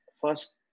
first